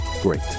great